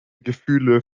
gefühle